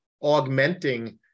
augmenting